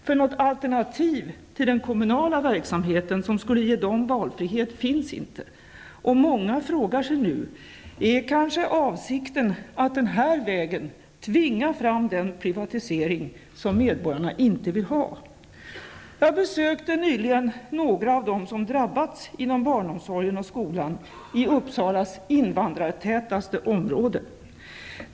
För något ''alternativ'' till den kommunala verksamheten, som skulle ge dem valfrihet, finns inte. Många frågar sig nu: Är avsikten kanske att den här vägen tvinga fram den privatisering som medborgarna inte vill ha? Nyligen besökte jag några av dem som drabbats inom barnomsorgen och skolan i Uppsalas invandrartätaste område.